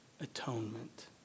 atonement